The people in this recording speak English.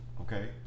Okay